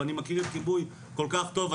ואני מכיר את הכיבוי כל כך טוב,